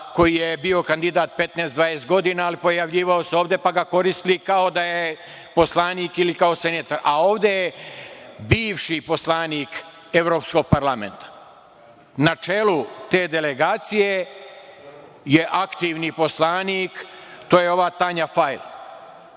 koji je bio kandidat 15 - 20 godina, ali pojavljivao se ovde, pa ga koristili ovde kao da je poslanik ili kao senator, a ovde je bivši poslanik Evropskog parlamenta. Na čelu te delegacije je aktivni poslanik, a to je ova Tanja Fajon.